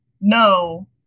no